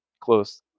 close